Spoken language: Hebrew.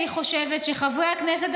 אני חושבת שחברי הכנסת,